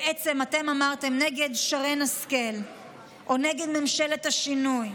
בעצם אתם אמרתם נגד שרן השכל או נגד ממשלת השינוי,